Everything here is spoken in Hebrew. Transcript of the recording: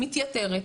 מתייתרת,